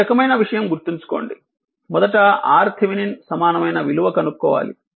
ఈ రకమైన విషయం గుర్తుంచుకోండి మొదట R థెవెనిన్ సమానమైన విలువ కనుక్కోవాలి